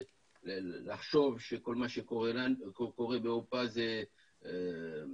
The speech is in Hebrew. לחשוב שכל מה שקורה באירופה זה קורה